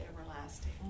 everlasting